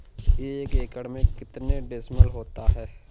एक एकड़ में कितने डिसमिल होता है?